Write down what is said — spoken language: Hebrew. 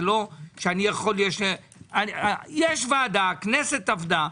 יש ועדה, הכנסת עבדה.